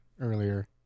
earlier